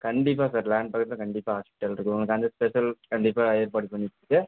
கண்டிப்பாக sir land பக்கத்தில் கண்டிப்பாக ஹாஸ்பிடல் இருக்கு உங்களுக்கு அந்த ஸ்பெஷல் கண்டிப்பாக ஏற்பாடு பண்ணிக் கொடுத்துட்டு